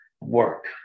work